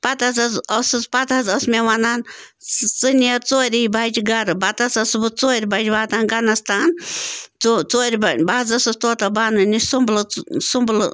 پَتہٕ حظ ٲسٕس پَتہٕ حظ ٲس مےٚ وَنان ژٕ نیٚر ژوری بَجہِ گَرٕ پَتہٕ حظ ٲسٕس بہٕ ژورِ بَجہِ واتان گَنَس تان ژٕ ژورِ بَجہِ بہٕ حظ ٲسٕس طوطہ بانوٕنہِ سُمبلہٕ سُمبلہٕ